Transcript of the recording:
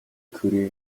кюре